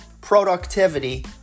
productivity